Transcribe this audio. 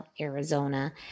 arizona